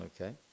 Okay